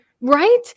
right